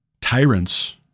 tyrants